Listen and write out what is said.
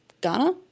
Ghana